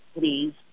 please